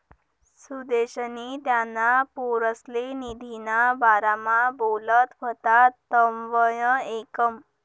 सुदेशनी त्याना पोरसले निधीना बारामा बोलत व्हतात तवंय ऐकं